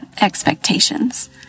expectations